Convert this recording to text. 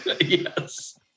Yes